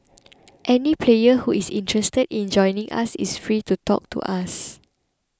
any player who is interested in joining us is free to talk to us